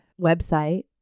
website